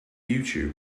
youtube